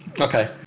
Okay